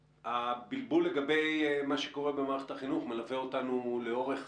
הבלבול לגבי מה שקורה במערכת החינוך מלווה אותנו לאורך